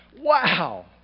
Wow